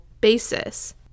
basis